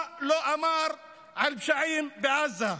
מה לא אמר על פשעים בעזה?